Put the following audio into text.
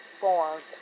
forms